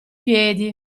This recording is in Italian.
piedi